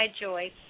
Joyce